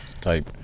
type